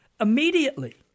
immediately